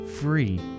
free